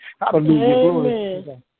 Hallelujah